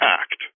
act